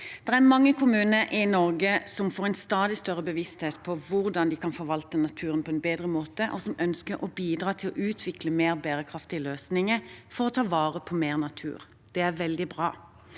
Det er mange kommuner i Norge som får en stadig større bevissthet på hvordan de kan forvalte naturen på en bedre måte, og som ønsker å bidra til å utvikle mer bærekraftige løsninger for å ta vare på mer natur. Det er veldig bra.